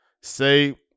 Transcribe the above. say